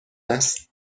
است